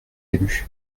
élus